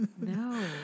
No